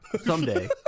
someday